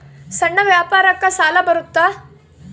ಸಣ್ಣ ವ್ಯಾಪಾರಕ್ಕ ಸಾಲ ಬರುತ್ತಾ?